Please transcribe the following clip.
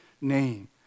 name